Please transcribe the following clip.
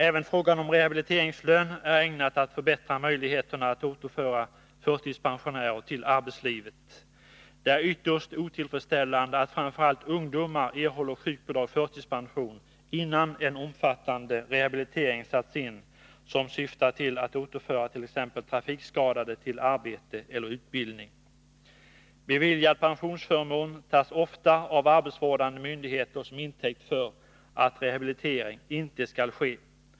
Även rehabiliteringslönen är ägnad att förbättra möjligheterna att återföra förtidspensionärer till arbetslivet. Det är ytterst otillfredsställande att framför allt ungdomar erhåller sjukbidrag/förtidspension innan en omfattande rehabilitering satts in, som syftar till att återföra t.ex. trafikskadade till arbete eller utbildning. Beviljad pensionsförmån tas ofta av arbetsvårdande myndigheter till intäkt för att rehabilitering inte skall ske.